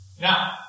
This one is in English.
Now